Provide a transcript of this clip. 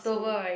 soon